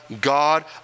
God